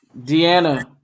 Deanna